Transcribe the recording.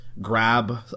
grab